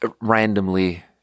randomly